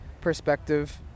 perspective